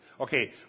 Okay